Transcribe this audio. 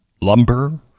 lumber